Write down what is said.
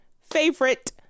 favorite